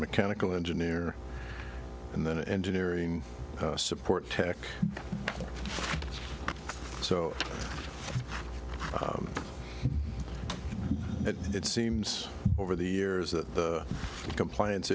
mechanical engineer and then engineering support tech so it seems over the years that the compliance